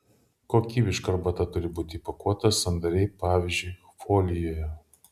kokybiška arbata turi būti įpakuota sandariai pavyzdžiui folijoje